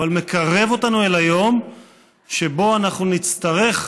אבל מקרב אותנו אל היום שבו אנחנו נצטרך,